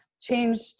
changed